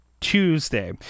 Tuesday